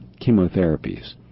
chemotherapies